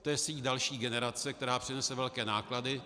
To je síť další generace, která přinese velké náklady.